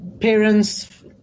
parents